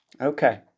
Okay